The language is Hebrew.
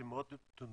שהם מאוד תנודתיים,